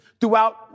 throughout